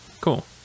cool